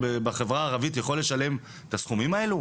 בחברה הערבית יכול לשלם את הסכומים האלו?